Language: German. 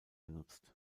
genutzt